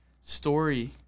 story